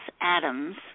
Adams